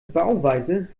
bauweise